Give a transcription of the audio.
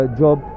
job